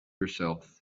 yourself